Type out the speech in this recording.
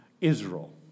Israel